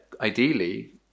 ideally